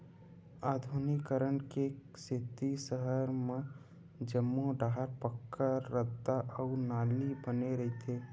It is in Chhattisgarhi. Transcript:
आधुनिकीकरन के सेती सहर म जम्मो डाहर पक्का रद्दा अउ नाली बने रहिथे